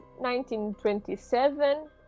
1927